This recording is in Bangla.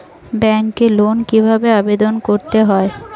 ব্যাংকে লোন কিভাবে আবেদন করতে হয়?